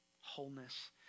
wholeness